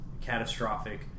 catastrophic